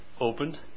opened